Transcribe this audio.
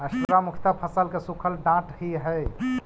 straw मुख्यतः फसल के सूखल डांठ ही हई